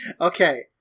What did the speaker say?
Okay